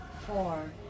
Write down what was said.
four